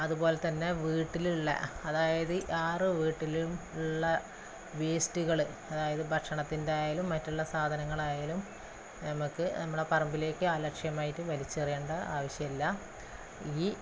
അതുപോലെ തന്നെ വീട്ടിലുള്ള അതായത് ആറ് വീട്ടിലും ഉള്ള വേസ്റ്റുകള് അതായത് ഭക്ഷണത്തിന്റെയായാലും മറ്റുള്ള സാധനങ്ങളായാലും നമുക്ക് നമ്മുടെ പറമ്പിലേക്ക് അലക്ഷ്യമായിട്ട് വലിച്ചെറിയേണ്ട ആവശ്യമില്ല ഈ